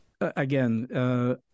again